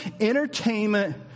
entertainment